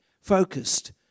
focused